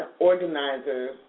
organizers